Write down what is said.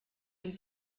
dem